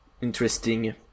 interesting